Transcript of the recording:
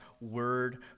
word